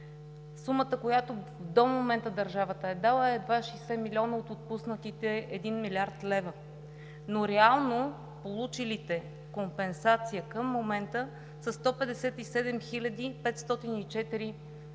Сумата, която до момента държавата е дала, е едва 60 милиона от отпуснатите 1 млрд. лв., но реално получилите компенсация към момента са 157 хиляди